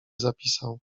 zapisał